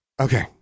Okay